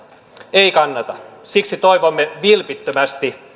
ei kannata siksi toivomme vilpittömästi